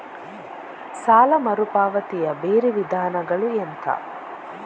ಸಾಲ ಮರುಪಾವತಿಯ ಬೇರೆ ವಿಧಾನಗಳು ಎಂತ?